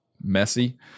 messy